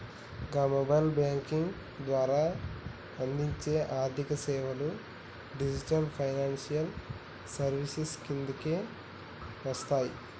గా mobile banking ద్వారా అందించే ఆర్థికసేవలు డిజిటల్ ఫైనాన్షియల్ సర్వీసెస్ కిందకే వస్తయి